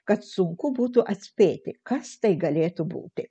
kad sunku būtų atspėti kas tai galėtų būti